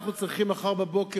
אנחנו צריכים מחר בבוקר,